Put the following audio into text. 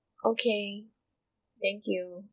okay thank you